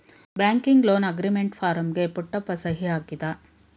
banking loan agreement ಫಾರಂಗೆ ಪುಟ್ಟಪ್ಪ ಸಹಿ ಹಾಕಿದ